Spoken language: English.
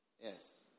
Yes